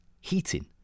heating